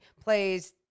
plays